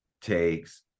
takes